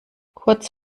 kurz